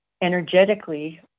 energetically